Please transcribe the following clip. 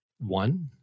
one